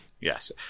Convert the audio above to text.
Yes